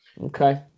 Okay